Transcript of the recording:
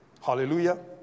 Hallelujah